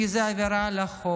כי זו עבירה על החוק.